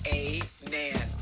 amen